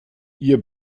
ihr